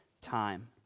time